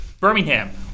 Birmingham